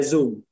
Zoom